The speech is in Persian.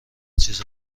چیزا